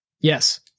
Yes